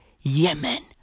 Yemen